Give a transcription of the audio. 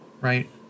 right